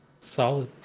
Solid